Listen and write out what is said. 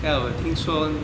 ya 我听说